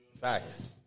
Facts